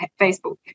Facebook